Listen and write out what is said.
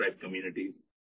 communities